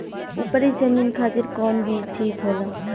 उपरी जमीन खातिर कौन बीज ठीक होला?